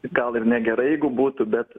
gal ir negerai jeigu būtų bet